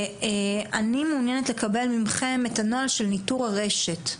אני מעוניינת לקבל מכם את הנוהל של ניטור הרשת.